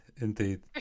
indeed